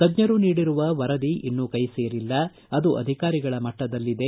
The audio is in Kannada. ತಜ್ಞರು ನೀಡಿರುವ ವರದಿ ಇನ್ನೂ ಕೈಸೇರಿಲ್ಲ ಅದು ಅಧಿಕಾರಿಗಳ ಮಟ್ಟದಲ್ಲಿದೆ